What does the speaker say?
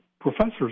professors